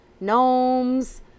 gnomes